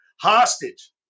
hostage